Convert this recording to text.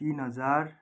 तिन हजार